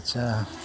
आदसा